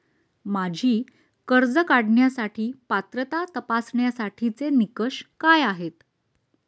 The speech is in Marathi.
माझी कर्ज काढण्यासाठी पात्रता तपासण्यासाठीचे निकष काय आहेत?